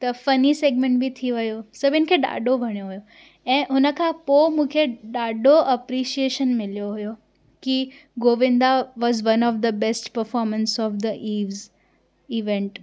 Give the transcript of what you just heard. त funny segment बि थी वयो सभिनि खे ॾाढो वणियो हुओ ऐं उन खां पोइ मूंखे ॾाढो अप्रीशिएशन मिलियो हुओ की Govinda was one of the best performance of the eve's event